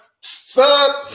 Son